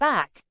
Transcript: Back